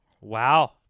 Wow